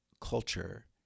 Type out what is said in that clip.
culture